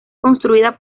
construida